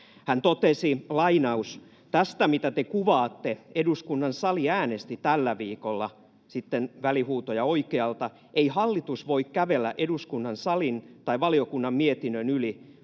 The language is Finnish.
Hän totesi: ”Tästä, mitä te kuvaatte, eduskunnan sali äänesti tällä viikolla.” Sitten välihuutoja oikealta: ”Ei hallitus voi kävellä eduskunnan salin tai valiokunnan mietinnön yli.”